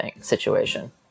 situation